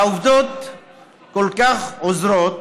העובדות כל כך עוזרות,